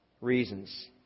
reasons